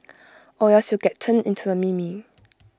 or else you get turned into A meme